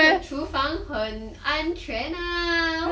厨房很安全啊